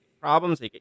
problems